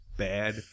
bad